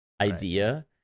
idea